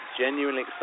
genuinely